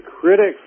critics